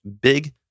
big